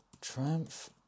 Triumph